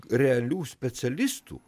realių specialistų